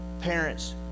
Parents